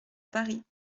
paris